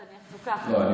לא, אני יודע שאת עסוקה.